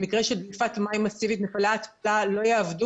במקרה של דליפת מים מסיבית ומפעלי ההתפלה לא יעבדו